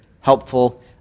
helpful